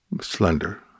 slender